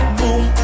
boom